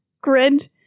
grid